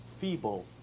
feeble